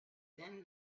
then